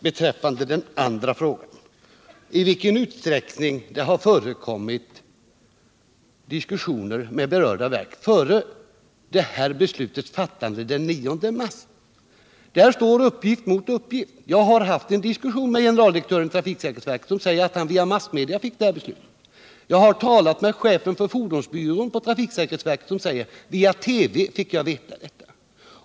Beträffande den andra frågan, i vilken utsträckning det har förekommit diskussioner med berörda verk före detta besluts fattande den 9 mars, vill jag säga att uppgift står mot uppgift. Jag har haft en diskussion med generaldirektören för trafiksäkerhetsverket, som säger att han fick reda på beslutet via massmedia. Jag har också talat med chefen för fordonsbyrån på trafiksäkerhetsverket, som säger att han fick reda på beslutet via TV.